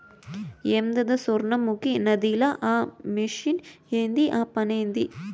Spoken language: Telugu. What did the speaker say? ఏందద సొర్ణముఖి నదిల ఆ మెషిన్ ఏంది ఆ పనేంది